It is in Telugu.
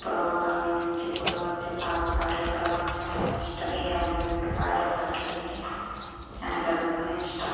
పూర్వ కాలం నుంచి కూడా వచ్చే పాత పాటలు కూడా మాకు చాలా ఇష్టం ఈ అభిమానులు పాడే పాటలు అంటే ఎంతగానో ఇష్టం